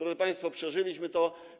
Drodzy państwo, przeżyliśmy to.